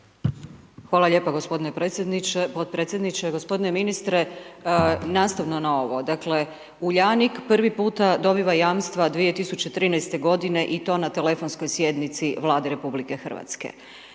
Hvala lijepa gospodine predsjedniče, podpredsjedniče. Gospodine ministre nastavno na ovo, dakle, Uljanik prvi puta dobiva jamstva 2013. godine i to na telefonskoj sjednici Vlade RH.